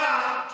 פעם,